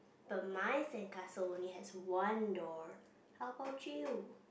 but mine sandcastle only has one door how about you